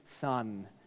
Son